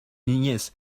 niñez